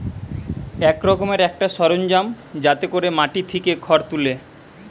এক রকমের একটা সরঞ্জাম যাতে কোরে মাটি থিকে খড় তুলে